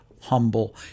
humble